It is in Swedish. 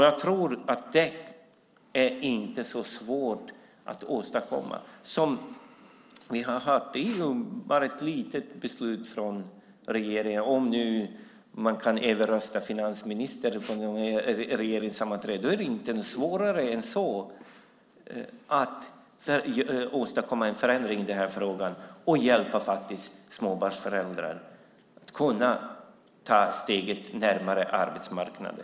Jag tror att det inte är så svårt att åstadkomma som vi har hört. Det är bara ett litet beslut från regeringen, om man nu kan överrösta finansministern på ett regeringssammanträde. Det är inte svårare än så att åstadkomma en förändring i den här frågan och hjälpa småbarnsföräldrar att ta steget närmare arbetsmarknaden.